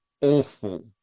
awful